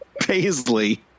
paisley